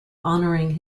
honouring